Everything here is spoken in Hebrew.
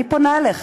אני פונה אליך,